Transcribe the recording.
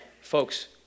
Folks